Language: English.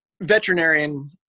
veterinarian